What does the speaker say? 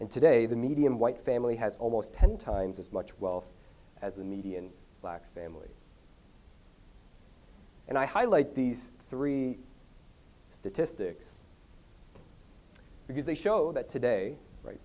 and today the median white family has almost ten times as much wealth as the median black family and i highlight these three statistics because they show that today right